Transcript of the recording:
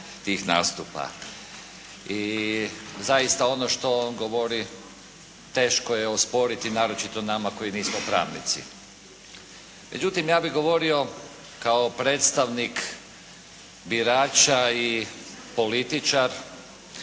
tih nastupa. I zaista ono što on govori teško je osporiti, naročito nama koji nismo pravnici. Međutim, ja bih govorio kao predstavnik birača i političar